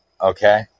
Okay